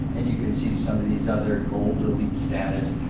and you can see some of these other gold elite status,